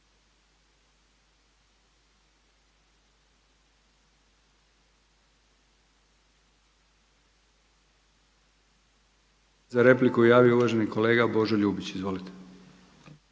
za repliku javio uvaženi kolega Blaženko Boban. Izvolite.